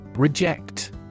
Reject